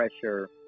pressure